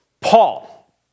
Paul